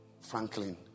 Franklin